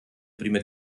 prime